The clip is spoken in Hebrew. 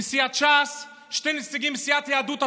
מסיעת ש"ס, שני נציגים מסיעת יהדות התורה,